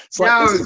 No